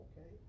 okay